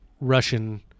Russian